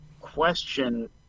question